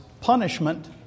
punishment